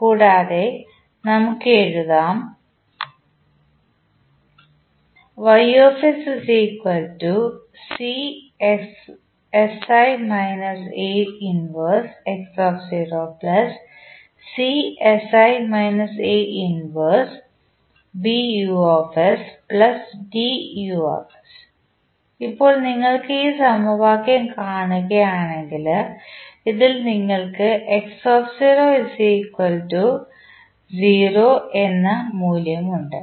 കൂടാതെ നമുക്ക് എഴുതാം ഇപ്പോൾ നിങ്ങൾ ഈ സമവാക്യം കാണുകയാണെങ്കിൽ ഇതിൽ നിങ്ങൾക്ക് x 0 എന്ന മൂല്യമുണ്ട്